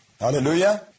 Hallelujah